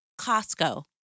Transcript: Costco